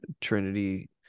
trinity